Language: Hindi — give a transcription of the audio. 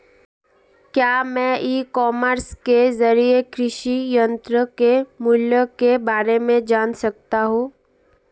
क्या मैं ई कॉमर्स के ज़रिए कृषि यंत्र के मूल्य में बारे में जान सकता हूँ?